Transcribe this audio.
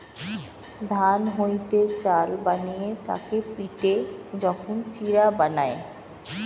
ধান হইতে চাল বানিয়ে তাকে পিটে যখন চিড়া বানায়